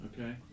Okay